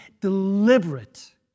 deliberate